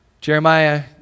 Jeremiah